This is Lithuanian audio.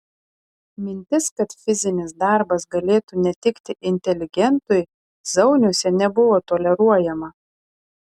mintis kad fizinis darbas galėtų netikti inteligentui zauniuose nebuvo toleruojama